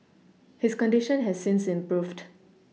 his condition has since improved